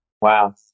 Wow